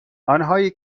آنهایی